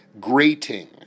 grating